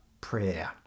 prayer